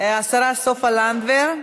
השרה סופה לנדבר.